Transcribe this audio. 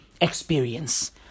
Experience